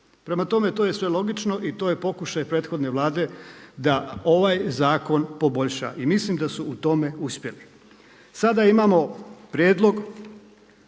Prema tome to je sve logično i to je pokušaj prethodne Vlade da ovaj zakon poboljša. I mislim da su u tome uspjeli. Sada imamo prijedlog